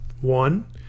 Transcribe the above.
One